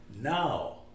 Now